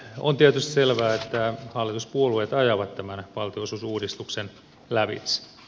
on tietysti selvää että hallituspuolueet ajavat tämän valtionosuusuudistuksen lävitse